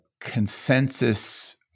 consensus